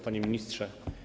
Panie Ministrze!